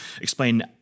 explain